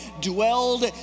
dwelled